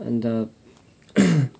अन्त